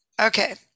okay